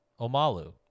Omalu